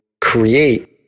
create